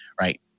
Right